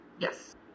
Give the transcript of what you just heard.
Yes